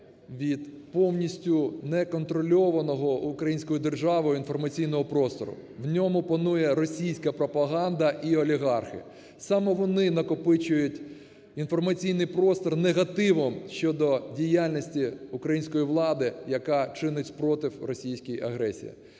від повністю неконтрольованого українською державою інформаційного простору. В ньому панує російська пропаганда і олігархи. Саме вони накопичують інформаційний простір негативом щодо діяльності української влади, яка чинить супротив російській агресії.